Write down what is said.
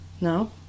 No